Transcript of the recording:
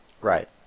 Right